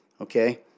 Okay